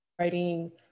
writing